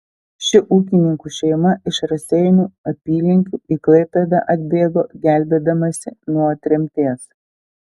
ši ūkininkų šeima iš raseinių apylinkių į klaipėdą atbėgo gelbėdamasi nuo tremties